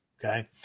Okay